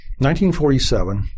1947